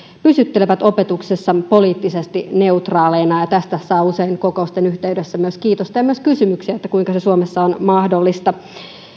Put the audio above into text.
pysyttelevät opetuksessa poliittisesti neutraaleina tästä saa usein kokousten yhteydessä myös kiitosta ja myös kysymyksiä kuinka se suomessa on mahdollista